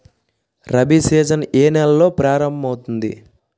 Rabi season ఏ నెలలో ప్రారంభమౌతుంది?